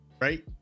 right